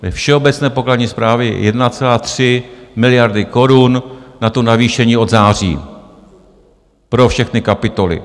Ve všeobecné pokladní správě je 1,3 miliardy korun na navýšení od září pro všechny kapitoly.